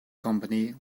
company